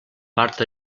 part